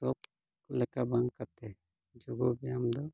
ᱥᱚᱠ ᱞᱮᱠᱟ ᱵᱟᱝ ᱠᱟᱛᱮ ᱡᱳᱜ ᱵᱮᱭᱟᱢ ᱫᱚ